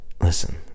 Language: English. listen